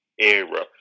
era